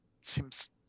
seems